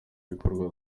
gikorwa